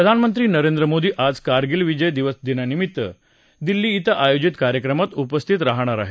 प्रधानमंत्री नरेंद्र मोदी आज कारगिल विजय दिवस निमित्तानं दिल्ली इथं आयोजीत कार्यक्रमात उपस्थित राहणार आहेत